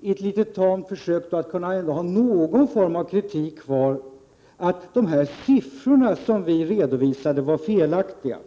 säger, i ett tamt försök att komma med kritik, att de siffror vi har redovisat är felaktiga.